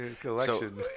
Collection